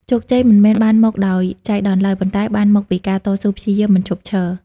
ជោគជ័យមិនមែនបានមកដោយចៃដន្យឡើយ ប៉ុន្តែបានមកពីការតស៊ូព្យាយាមមិនឈប់ឈរ។